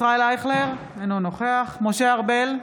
ישראל אייכלר, אינו נוכח משה ארבל,